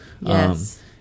Yes